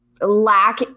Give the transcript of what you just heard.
lack